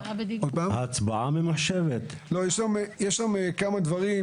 עושים ממש הקלות משמעותיות,